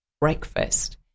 breakfast